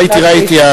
ראיתי, ראיתי.